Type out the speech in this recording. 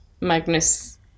Magnus